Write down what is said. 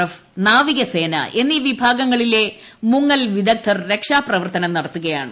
F നാവികസേന എന്നീ വിഭാഗങ്ങളിലെ മുങ്ങൽ വിദഗദ്ധർ രക്ഷാപ്രവർത്തനം നടത്തുകയാണ്